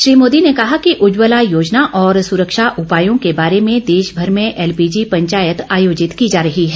श्री मोदी ने कहा कि उज्ज्वला योजना और सुरक्षा उपायों के बारे में देश भर में एलपीजी पंचायत आयोजित की जा रही हैं